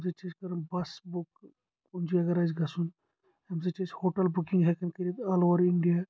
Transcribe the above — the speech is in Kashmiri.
امہِ سۭتۍ چھِ أسۍ کران بس بُک کُنہِ جایہِ اگر آسہِ گژھُن امہِ سۭتۍ چھِ أس ہوٹل بُکنٛگ ہٮ۪کان کٔرتھ آل اوٚور انڈیا